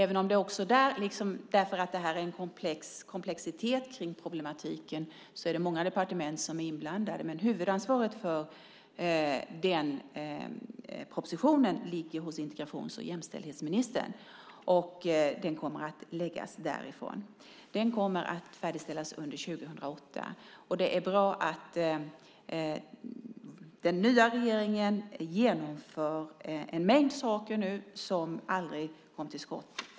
Många departement är inblandade, för det finns en komplexitet kring problematiken. Huvudansvaret för propositionen ligger dock hos integrations och jämställdhetsministern, och den kommer att läggas fram därifrån. Den kommer att färdigställas under 2008, och det är bra att den nya regeringen nu genomför en mängd saker som aldrig kom till skott.